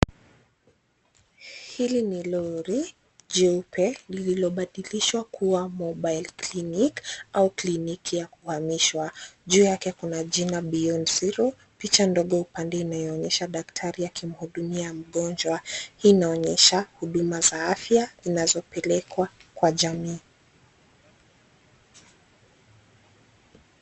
Hili ni lori jeupe lililobadilishwa kuwa Mobile Clinic au kliniki ya kuhamishwa. Juu yake kuna jina Beyond Zero , picha ndogo upande inayoonyesha daktari akimhudumia mgonjwa. Hii inaonyesha huduma za afya zinazopelekwa kwa jamii.